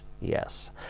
Yes